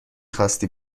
خاستی